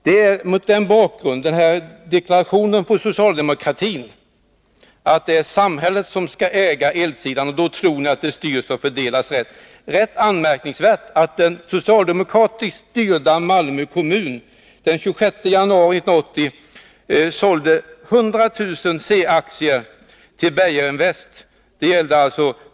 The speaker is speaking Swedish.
Det är mot bakgrund av deklarationerna från socialdemokratin att det är samhället som skall äga elsektorn — då tror ni att det styrs och fördelas rätt — rätt anniäfkningsvärt är då att den socialdemokratiskt styrda Malmö kommun den 26 januari 1980 sålde 100 000 C-aktier i Sydkraft till Beijerinvest.